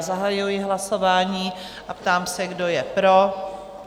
Zahajuji hlasování a ptám se, kdo je pro?